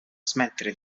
smettere